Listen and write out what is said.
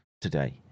today